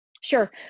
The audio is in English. Sure